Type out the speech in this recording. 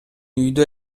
үйдө